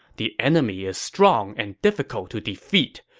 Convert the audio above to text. the enemy is strong and difficult to defeat.